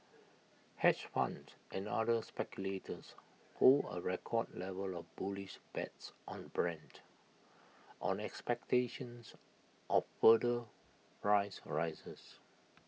hedge funds and other speculators hold A record level of bullish bets on Brent on expectations of further price rises